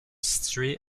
situé